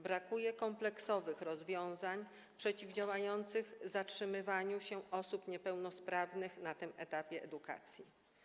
Brakuje kompleksowych rozwiązań przeciwdziałających zatrzymywaniu się osób niepełnosprawnych na tym etapie edukacji.